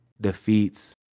defeats